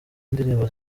indirimbo